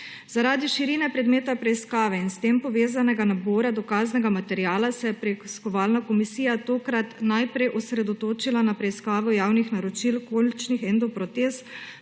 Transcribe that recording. Zaradi širine predmeta preiskave in s tem povezanega nabora dokaznega materiala se je preiskovalna komisija tokrat najprej osredotočila na preiskavo javnih naročil kolčnih endoprotez